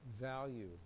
value